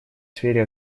сфере